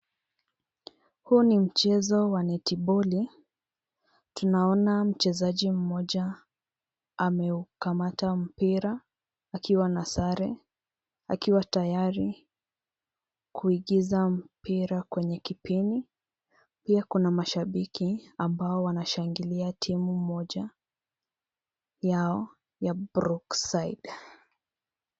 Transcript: Huu ni mchezo wa neti boli, tunaona mchezaji mmoja ameukamata mpira akiwa na sare, akiwa tayari kuingiza mpira kwenye kipini. Pia kuna mashabiki ambao wanashangilia timu moja yao ya brookside.